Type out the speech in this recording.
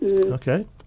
Okay